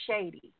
shady